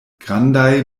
grandaj